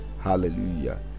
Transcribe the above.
Hallelujah